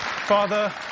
Father